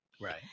Right